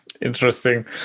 Interesting